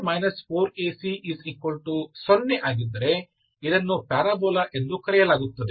ಒಂದು ವೇಳೆ b2 4ac0 ಆಗಿದ್ದರೆ ಇದನ್ನು ಪ್ಯಾರಾಬೋಲಾ ಎಂದು ಕರೆಯಲಾಗುತ್ತದೆ